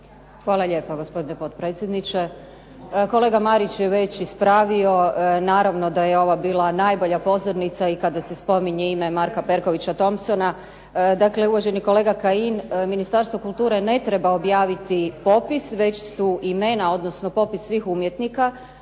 Hvala lijepo, gospodine potpredsjedniče. Kolega Marić je već ispravio. Naravno da je ovo bila najbolja pozornica i kada se spominje ime Marka Perkovića Thompsona. Dakle, uvaženi kolega Kajin, Ministarstvo kulture ne treba objaviti popis, već su imena, odnosno popis svih umjetnika